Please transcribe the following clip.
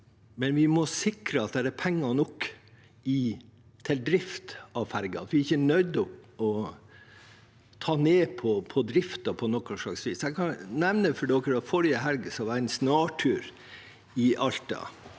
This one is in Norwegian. men vi må sikre at det er penger nok til drift av fergene, at vi ikke er nødt til å ta ned driften på noe slags vis. Jeg kan nevne at jeg forrige helg var en snartur i Alta,